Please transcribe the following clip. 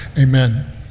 amen